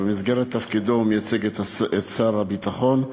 שבמסגרת תפקידו מייצג את שר הביטחון,